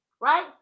Right